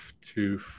two